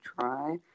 try